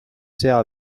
sea